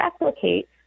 replicate